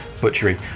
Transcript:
butchery